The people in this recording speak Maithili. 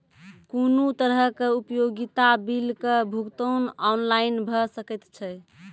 कुनू तरहक उपयोगिता बिलक भुगतान ऑनलाइन भऽ सकैत छै?